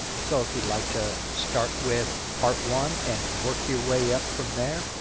so, if you'd like to start with part one and work your way up from there.